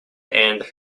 and